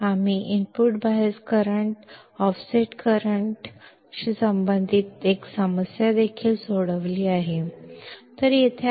ಮತ್ತು input bias current ಮತ್ತು input offset ಕರೆಂಟ್ಗೆ ಸಂಬಂಧಿಸಿದ ಸಮಸ್ಯೆಗಳನ್ನು ಸಹ ನಾವು ಪರಿಹರಿಸಿದ್ದೇವೆ